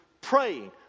praying